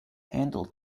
handle